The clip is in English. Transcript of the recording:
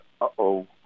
uh-oh